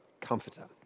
comforter